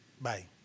Bye